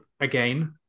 again